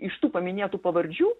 iš tų paminėtų pavardžių